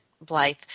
Blythe